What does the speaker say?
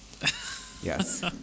Yes